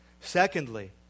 Secondly